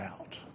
out